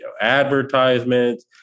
advertisements